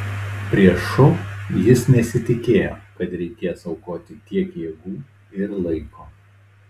prieš šou jis nesitikėjo kad reikės aukoti tiek jėgų ir laiko